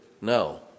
No